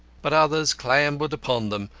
but others clambered upon them,